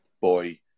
boy